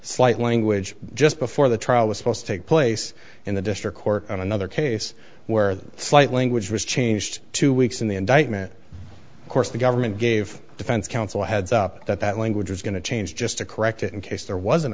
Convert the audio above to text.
slight language just before the trial was supposed to take place in the district court on another case where slightly which was changed two weeks in the indictment of course the government gave defense counsel a heads up that that language was going to change just to correct it in case there was an